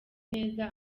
neza